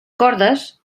cordes